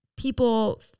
people